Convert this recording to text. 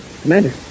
Commander